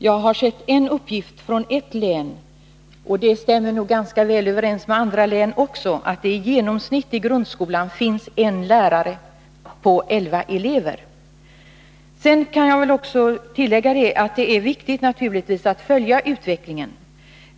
Jag har sett en uppgift från ett län — och den stämmer nog med förhållandena även i andra län — att det i grundskolan i genomsnitt finns en lärare på elva elever. Låt mig tillägga att det naturligtvis är viktigt att fortlöpande följa utvecklingen.